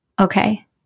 okay